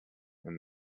and